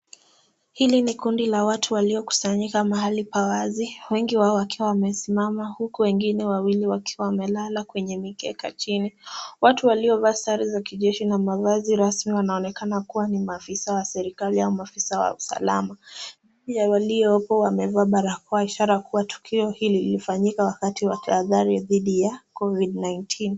Hili ni kundi la watu waliokusanyika mahali pa wazi, wengi wao wakiwa wamesimama huku wengine wawili wakiwa wamelala kwenye mikeka chini. Watu waliovaa sare za kijeshi na mavazi rasmi wanaonekana kuwa ni maafisa wa serikali au maafisa wa usalama. Pia waliopo wamevaa barakoa ishara kuwa tukio hili lilifanyika wakati ya tahadhari ya dhidi ya Covid 19 .